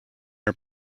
are